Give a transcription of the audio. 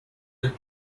the